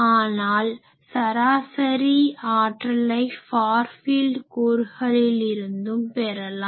ஆனால் சராசரி ஆற்றலை ஃபார் ஃபீல்ட் கூறுகளில் இருந்தும் பெறலாம்